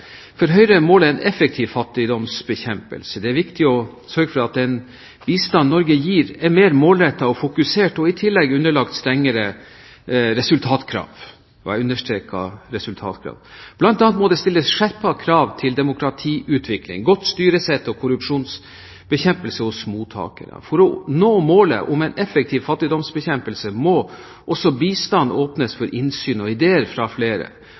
For Høyre er målet en effektiv fattigdomsbekjempelse. Det er viktig å sørge for at den bistanden Norge gir, er mer målrettet og fokusert og i tillegg underlagt strengere resultatkrav – og jeg understreker resultatkrav. Blant annet må det stilles skjerpede krav til demokratiutvikling, godt styresett og korrupsjonsbekjempelse hos mottakerne. For å nå målet om en effektiv fattigdomsbekjempelse må også bistanden åpnes for innsyn og ideer fra flere.